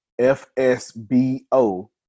FSBO